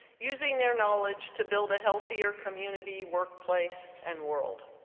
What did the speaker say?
using their knowledge to build a healthier community workplace and world.